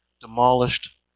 demolished